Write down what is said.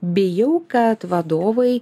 bijau kad vadovai